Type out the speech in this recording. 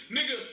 Nigga